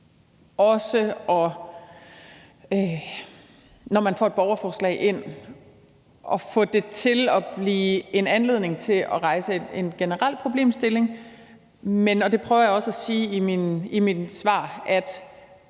når man får et borgerforslag ind, også at få det til at blive en anledning til at rejse en generel problemstilling, men, og det prøver jeg også at sige i mine svar,